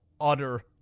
utter